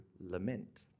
lament